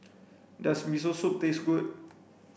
does Miso Soup taste good